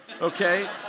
okay